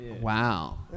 Wow